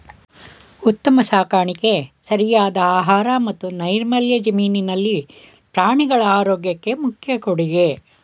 ಉತ್ತಮ ಸಾಕಾಣಿಕೆ ಸರಿಯಾದ ಆಹಾರ ಮತ್ತು ನೈರ್ಮಲ್ಯ ಜಮೀನಿನಲ್ಲಿ ಪ್ರಾಣಿಗಳ ಆರೋಗ್ಯಕ್ಕೆ ಮುಖ್ಯ ಕೊಡುಗೆ